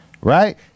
Right